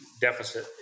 deficit